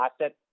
asset